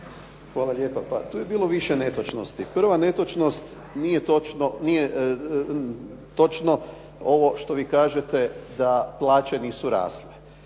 Hvala lijepa. Pa, bilo je više netočnosti. Prva netočnost, nije točno ovo što vi kažete da plaće nisu rasle.